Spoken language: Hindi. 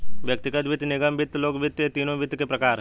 व्यक्तिगत वित्त, निगम वित्त, लोक वित्त ये तीनों वित्त के प्रकार हैं